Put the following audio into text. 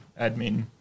admin